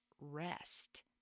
rest